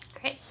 Great